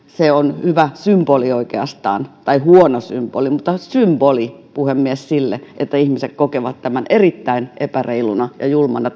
on oikeastaan hyvä symboli tai huono symboli mutta symboli puhemies sille että ihmiset kokevat erittäin epäreiluna ja julmana